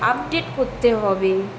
update করতে হবে